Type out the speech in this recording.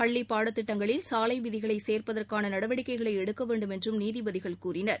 பள்ளி பாடத்திட்டங்களில் சாலை விதிகளை சோ்ப்பதற்கான நடவடிக்கைகளை எடுக்க வேண்டும் என்றும் நீதிபதிகள் கூறினர்